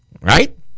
right